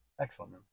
Excellent